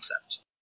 concept